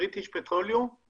זה